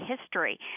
history